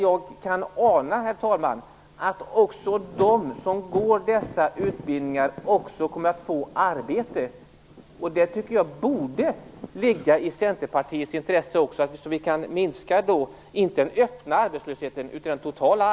Jag kan ana, herr talman, att de som går dessa utbildningar också kommer att få arbete. Det tycker jag borde ligga i Centerpartiets intresse, så att vi kan minska - inte den öppna arbetslösheten utan den totala.